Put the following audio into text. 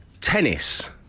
Tennis